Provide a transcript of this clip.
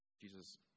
Jesus